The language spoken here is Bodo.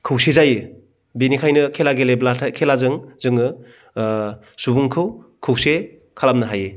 खौसे जायो बेनिखायनो खेला गेलेब्लाथाय खेलाजों जोङो सुबुंखौ खौसे खालामनो हायो